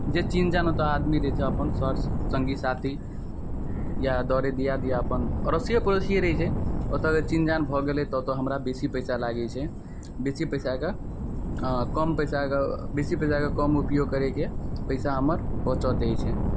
जे चिन्ह जान ओतऽ आदमी रहै छै अपन सर सङ्गी साथी या दरे दिआद या अपन अड़ोसिए पड़ोसिए रहै छै ओतऽ जे चिन्ह जान भए गेलै तऽ ओतऽ हमरा बेसी पइसा लागै छै बेसी पइसाके कम पइसाके बेसी पइसाके कम उपयोग करैके पइसा हमर बचत होइ छै